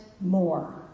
more